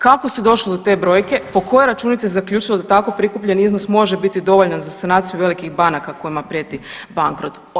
Kako se došlo do te brojke, po kojoj računici zaključilo da tako prikupljeni iznos može biti dovoljan za sanaciju velikih banaka kojima prijeti bankrot?